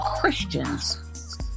Christians